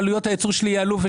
הייצור שלי יעלו?